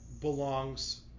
belongs